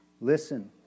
Listen